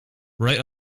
right